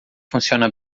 funciona